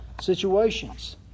situations